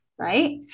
right